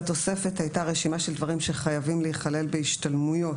בתוספת הייתה רשימה של דברים שחייבים להיכלל בהשתלמויות.